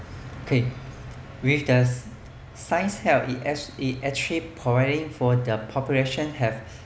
okay with the science help it as it actually providing for the population have